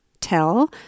Tell